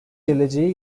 geleceği